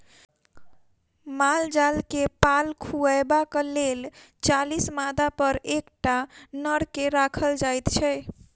माल जाल के पाल खुअयबाक लेल चालीस मादापर एकटा नर के राखल जाइत छै